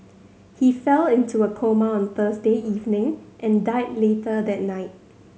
he fell into a coma on Thursday evening and died later that night